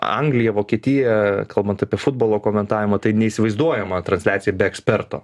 anglija vokietija kalbant apie futbolo komentavimą tai neįsivaizduojama transliacija be eksperto